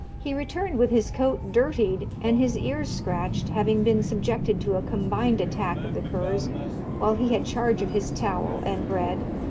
he returned with his coat dirtied and his ears scratched, having been subjected to a combined attack of the curs while he had charge of his towel and bread,